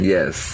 Yes